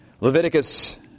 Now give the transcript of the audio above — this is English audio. Leviticus